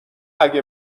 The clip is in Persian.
اگه